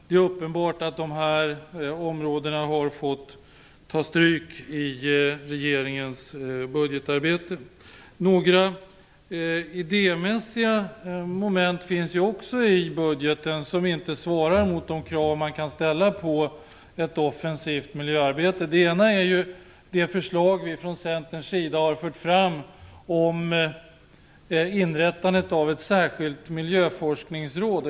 Det är uppenbart att dessa områden har fått ta stryk i regeringens budgetarbete. Några idémässiga moment finns också i budgeten som inte svarar mot de krav som kan ställas på ett offensivt miljöarbete. Det ena är det förslag som vi från Centerns sida har fört fram om inrättandet av ett särskilt miljöforskningsråd.